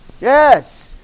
Yes